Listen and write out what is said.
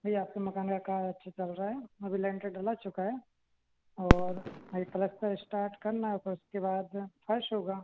भइ आपके मकान का कार्य अच्छा चल रहा है अभी लेन्टर डला चुका है और अभी पलस्तर इस्टाट करना है फिर उसके बाद फ़र्श होगा